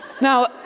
Now